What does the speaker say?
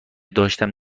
داشتم